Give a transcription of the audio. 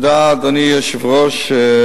אדוני היושב-ראש,